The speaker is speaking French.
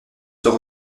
sont